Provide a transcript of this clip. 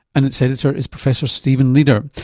and its editor is professor stephen leeder.